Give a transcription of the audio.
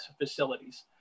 facilities